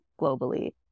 globally